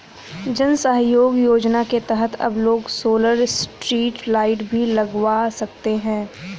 जन सहयोग योजना के तहत अब लोग सोलर स्ट्रीट लाइट भी लगवा सकते हैं